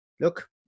look